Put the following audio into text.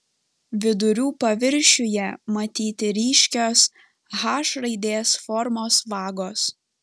vidurių paviršiuje matyti ryškios h raidės formos vagos